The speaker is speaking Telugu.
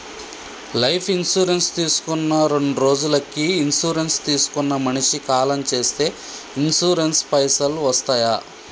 లైఫ్ ఇన్సూరెన్స్ తీసుకున్న రెండ్రోజులకి ఇన్సూరెన్స్ తీసుకున్న మనిషి కాలం చేస్తే ఇన్సూరెన్స్ పైసల్ వస్తయా?